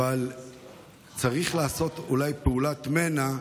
אבל צריך לעשות אולי פעולת מנע,